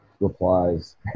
replies